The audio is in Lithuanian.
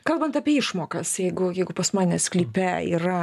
kalbant apie išmokas jeigu jeigu pas mane sklype yra